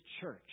church